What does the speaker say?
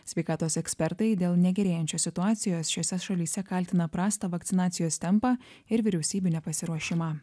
sveikatos ekspertai dėl negerėjančios situacijos šiose šalyse kaltina prastą vakcinacijos tempą ir vyriausybių nepasiruošimą